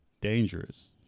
dangerous